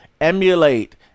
emulate